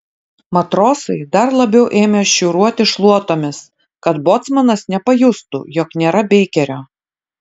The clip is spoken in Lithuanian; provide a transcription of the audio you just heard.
matrosai dar labiau ėmė šiūruoti šluotomis kad bocmanas nepajustų jog nėra beikerio